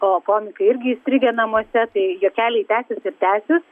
o komikai irgi įstrigę namuose tai juokeliai tęsis ir tęsis